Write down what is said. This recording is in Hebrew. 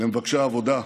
למבקשי העבודה.